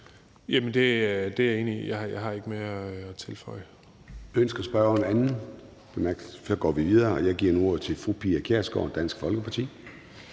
det er jeg enig i – jeg har ikke mere at tilføje.